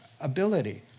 ability